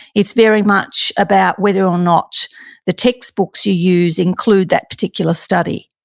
it's very much about whether or not the textbooks you use include that particular study.